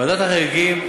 לוועדת החריגים?